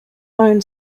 own